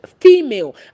female